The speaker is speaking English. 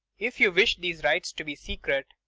if you wish these rites to be secret.